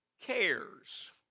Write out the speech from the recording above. cares